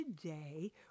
today